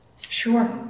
Sure